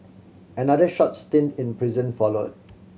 another short stint in prison followed